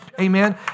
Amen